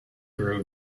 grew